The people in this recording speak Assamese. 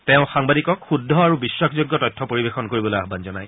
তেওঁ সাংবাদিকক শুদ্ধ আৰু বিশ্বাসযোগ্য তথ্য পৰিৱেশন কৰিবলৈ আহান জনায়